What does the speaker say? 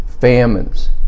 Famines